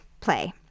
play